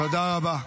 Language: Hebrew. תודה רבה.